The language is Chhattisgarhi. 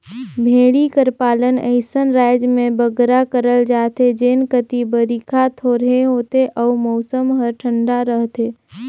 भेंड़ी कर पालन अइसन राएज में बगरा करल जाथे जेन कती बरिखा थोरहें होथे अउ मउसम हर ठंडा रहथे